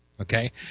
Okay